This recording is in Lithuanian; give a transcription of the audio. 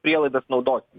prielaidas naudoti